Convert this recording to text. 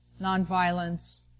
nonviolence